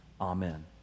Amen